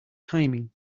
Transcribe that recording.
timing